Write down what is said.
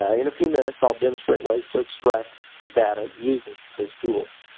ah in a few minutes, i'll demonstrate ways to extract data using those tools.